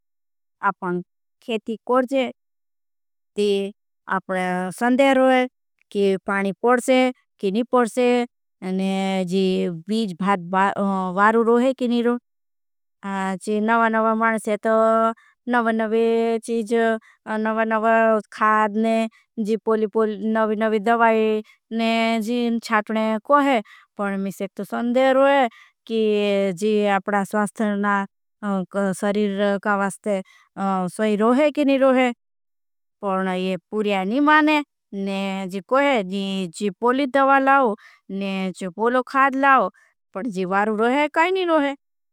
अपने खेती करते हैं अपने संदेर होते हैं पानी पोड़े हैं किनी पोड़े हैं। बीज भारो होते हैं किनी भारो होते हैं नवा नवा। मानसेत नवा नवी चीज़ नवा नवा खाद नवी नवी दबाई चाटने को। होते हैं पानी संदेर होते हैं अपना स्वास्थरना सरीर का वास्थे सोई। होते हैं किनी होते हैं। पानी पोड़े नहीं माने जी पोली दबा। लाओ जी पोलो खाद लाओ पानी भारो होते हैं किनी होते हैं।